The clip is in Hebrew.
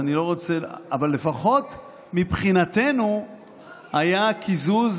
אבל לפחות מבחינתנו היה קיזוז